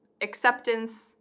acceptance